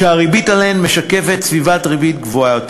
שהריבית עליהם משקפת סביבת ריבית גבוהה יותר.